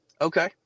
Okay